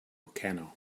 kanno